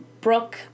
Brooke